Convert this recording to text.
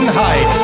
high